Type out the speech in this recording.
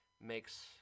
makes